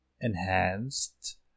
enhanced